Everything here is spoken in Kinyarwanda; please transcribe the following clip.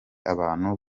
abantu